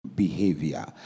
Behavior